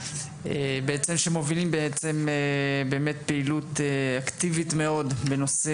שמובילים בעצם פעילות אקטיבית מאוד בנושא